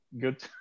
good